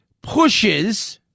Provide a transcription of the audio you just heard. pushes